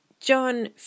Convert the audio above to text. John